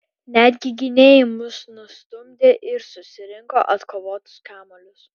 netgi gynėjai mus nustumdė ir susirinko atkovotus kamuolius